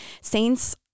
saints